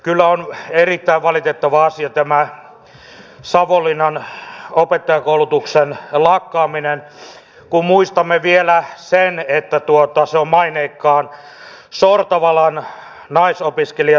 kyllä on erittäin valitettava asia tämä savonlinnan opettajankoulutuksen lakkaaminen kun muistamme vielä sen että se on maineikkaan sortavalan naisopiskelijaseminaarin perillinen